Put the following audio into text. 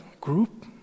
group